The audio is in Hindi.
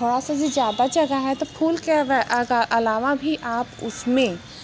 थोड़ा सा सा ज्यादा जगह है तो फूल क्या अलावा भी आप उसमें